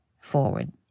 forward